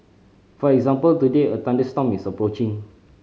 for example today a thunderstorm is approaching